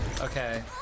Okay